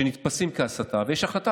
כבוד סגן השר,